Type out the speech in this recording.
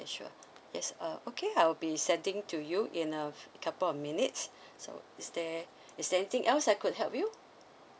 sure yes uh okay I'll be sending to you in a couple of minutes so is there is there anything else I could help you